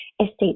estate